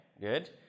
Good